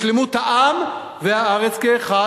לשלמות העם והארץ כאחד,